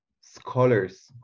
scholars